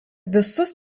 visus